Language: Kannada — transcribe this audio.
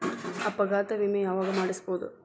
ಅಪಘಾತ ವಿಮೆ ಯಾವಗ ಮಾಡಿಸ್ಬೊದು?